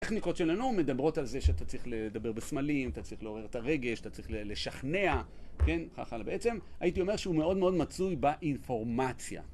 הטכניקות של הנאום מדברות על זה שאתה צריך לדבר בסמלים, אתה צריך לעורר את הרגש, אתה צריך לשכנע, כן, כך הלאה. בעצם, הייתי אומר שהוא מאוד מאוד מצוי באינפורמציה.